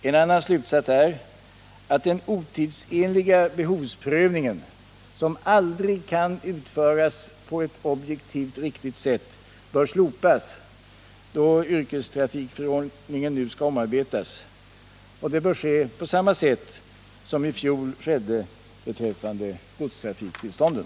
En annan slutsats är att den otidsenliga behovsprövningen, som aldrig kan utföras på ett objektivt riktigt sätt, bör slopas då yrkestrafik förordningen nu skall omarbetas. Det bör ske på samma sätt som i fjol skedde beträffande godstrafiktillstånden.